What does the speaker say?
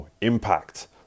Impact